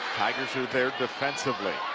tigers are there defensively.